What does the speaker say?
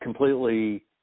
Completely